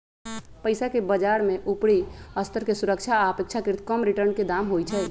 पइसाके बजार में उपरि स्तर के सुरक्षा आऽ अपेक्षाकृत कम रिटर्न के दाम होइ छइ